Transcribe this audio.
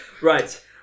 Right